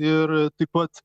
ir taip pat